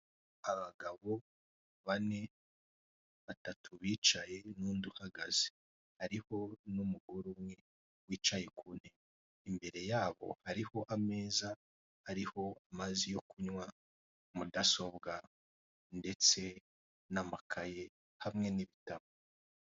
Abagabo bane batatu bicaye n'undi uhagaze, hariho n'umugore umwe wicaye ku ntebe. Imbere yabo hariho ameza ariho amazi yo kunywa, mudasobwa ndetse n'amakayi hamwe n'ibitabo.